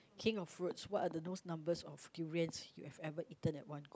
king of fruits what are the most numbers of durians you have ever eaten at one go